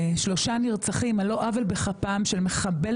שלושה נרצחים על לא עוול בכפם שרצח מחבל